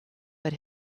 but